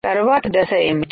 తరువాత దశ ఏంటి